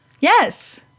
Yes